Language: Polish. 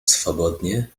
swobodnie